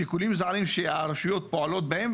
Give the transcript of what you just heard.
שיקולים זרים שהרשויות פועלות לפיהן,